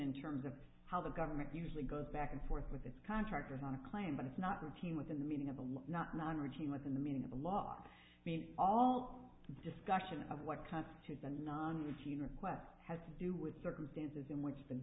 in terms of how the government usually goes back and forth with its contractors on a claim but it's not routine within the meaning of the law not non routine within the meaning of the law all discussion of what constitutes a non routine requests has to do with circumstances in which the